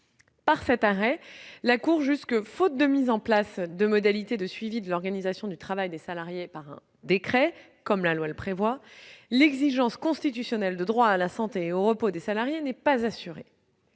Elle a estimé que, faute de mise en place de modalités de suivi de l'organisation du travail des salariés par un décret, comme la loi le prévoit, l'exigence constitutionnelle de droit à la santé et au repos des salariés n'était pas assurée.